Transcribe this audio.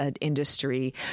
industry